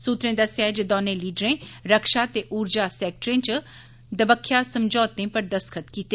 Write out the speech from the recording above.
सूत्रें दस्सेआ ऐ जे दौनें लीडरें रक्षा ते ऊर्जा सेक्टरें च दबक्ख्या समझौतें पर दस्तखत कीते